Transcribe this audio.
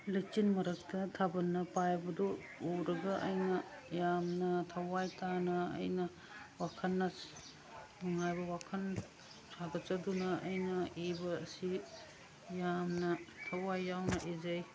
ꯂꯩꯆꯤꯟ ꯃꯔꯛꯇ ꯊꯥꯕꯜꯅ ꯄꯥꯏꯕꯗꯨ ꯎꯔꯒ ꯑꯩꯅ ꯌꯥꯝꯅ ꯊꯋꯥꯏ ꯇꯥꯅ ꯑꯩꯅ ꯋꯥꯈꯟꯅ ꯅꯨꯡꯉꯥꯏꯕ ꯋꯥꯈꯟ ꯁꯥꯒꯠꯆꯗꯨꯅ ꯑꯩꯅ ꯏꯕ ꯑꯁꯤ ꯌꯥꯝꯅ ꯊꯋꯥꯏ ꯌꯥꯎꯅ ꯏꯖꯩ